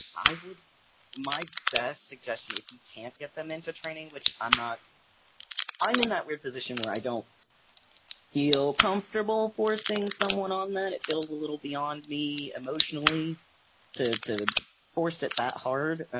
i would my best suggestion if you can't get them into training which i'm not i'm in that weird position where i don't feel comfortable forcing someone on um that. it feels a little beyond me emotionally to to force it that hard.